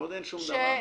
עוד אין שום דבר.